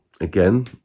again